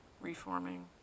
Reforming